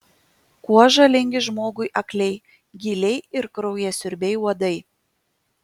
kuo žalingi žmogui akliai gyliai ir kraujasiurbiai uodai